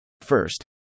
First